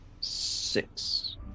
six